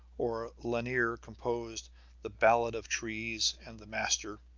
or lanier composed the ballad of trees and the master.